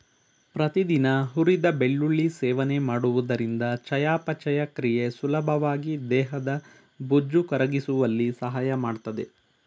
ಪ್ರತಿದಿನ ಹುರಿದ ಬೆಳ್ಳುಳ್ಳಿ ಸೇವನೆ ಮಾಡುವುದರಿಂದ ಚಯಾಪಚಯ ಕ್ರಿಯೆ ಸುಲಭವಾಗಿ ದೇಹದ ಬೊಜ್ಜು ಕರಗಿಸುವಲ್ಲಿ ಸಹಾಯ ಮಾಡ್ತದೆ